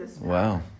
Wow